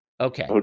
Okay